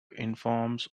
informs